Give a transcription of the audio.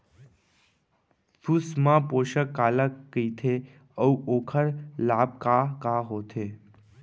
सुषमा पोसक काला कइथे अऊ ओखर लाभ का का होथे?